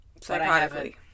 Psychotically